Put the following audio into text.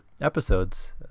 episodes